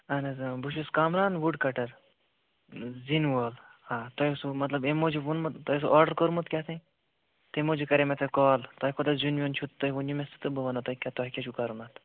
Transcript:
اہن حظ اۭں بہٕ چھُس کامران وُڈ کَٹر زِنۍ وول آ تۄہہِ اوسوٕ مطلب اَمہِ موٗجوٗب ووٚنمُت تۄہہِ اوسوٕ آرڈر کوٚرمُت کیٛاہ تام تَمہِ موٗجوٗب کَرے مےٚ تۄہہِ کال تۄہہِ کوتاہ زیُن ویُن چھُ تۄہہِ ؤنِو مےٚ سُہ تہٕ بہٕ ونو تۄہہِ تۄہہِ کیٛاہ چھُو کَرُن اَتھ